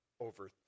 over